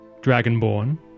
Dragonborn